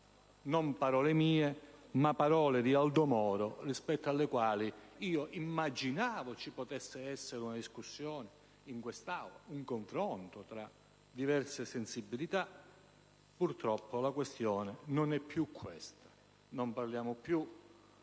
sono parole mie, ma di Aldo Moro, rispetto alle quali immaginavo ci potessero essere una discussione in quest'Aula e un confronto tra le diverse sensibilità. Purtroppo la questione non è più questa. Non parliamo più